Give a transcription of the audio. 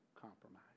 compromise